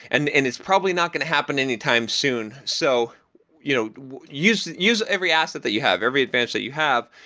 and it and is probably not going happen anytime soon, so you know use use every asset that you have, every advantage that you have,